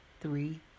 three